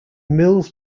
mills